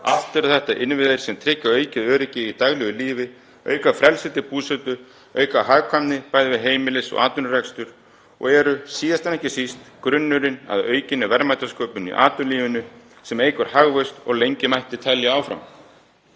Allt eru þetta innviðir sem tryggja aukið öryggi í daglegu lífi, auka frelsi til búsetu, auka hagkvæmni, bæði við heimilis- og atvinnurekstur, og eru síðast en ekki síst grunnurinn að aukinni verðmætasköpun í atvinnulífinu sem eykur hagvöxt og lengi mætti telja áfram.